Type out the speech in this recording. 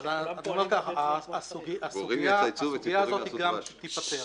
הסוגיה הזאת גם תיפתר.